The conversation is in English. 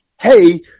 hey